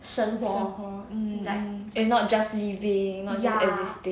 生活 mm mm and not just living not just existing